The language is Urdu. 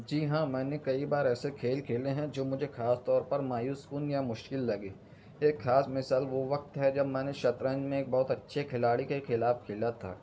جی ہاں میں نے کئی بار ایسے کھیل کھیلے ہیں جو مجھے خاص طور مایوس کن یا مشکل لگے ایک خاص مثال وہ وقت ہے جب میں شترنج میں بہت اچھے کھلاڑی کے خلاف کھیلا تھا